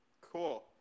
cool